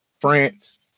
France